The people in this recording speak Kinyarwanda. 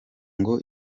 ngo